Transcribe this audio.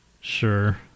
Sure